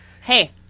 hey